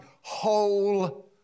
Whole